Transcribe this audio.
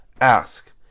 ask